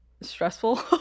stressful